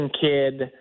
kid